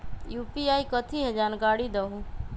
UPI कथी है? जानकारी दहु